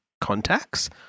contacts